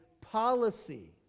policy